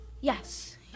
Yes